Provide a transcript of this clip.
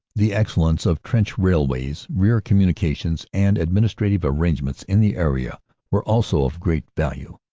the excellence of trench railways, rear communications, and administrative arrangements in the area were also of great value,